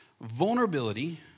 vulnerability